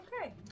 Okay